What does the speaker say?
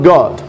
God